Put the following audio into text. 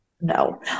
No